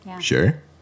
sure